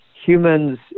humans